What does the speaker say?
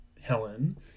helen